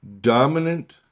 dominant